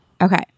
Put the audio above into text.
Okay